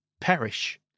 perish